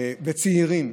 וצעירים.